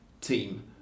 team